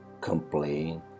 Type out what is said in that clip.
complain